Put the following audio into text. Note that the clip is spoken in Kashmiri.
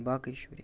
باقٕے شُکریہ